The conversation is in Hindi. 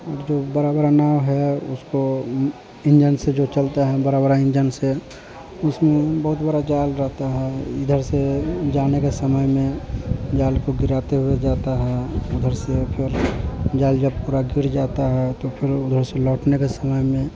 और जो बड़ी बड़ी नाव है उसको इंजन से जो चलता है बड़े बड़े इंजन से उसमें बहुत बड़ा जाल रहता है इधर से जाने का समय में जाल को गिराते हुए जाते हैं उधर से फिर जाल जब पूरा गिर जाता है तो फिर उधर से लौटने के समय में